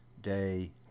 day